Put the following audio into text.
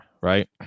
right